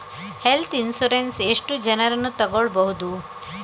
Health insurance ಎಷ್ಟು ಜನರನ್ನು ತಗೊಳ್ಬಹುದು?